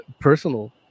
personal